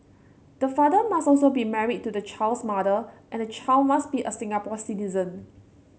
the father must also be married to the child's mother and the child must be a Singapore citizen